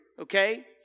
okay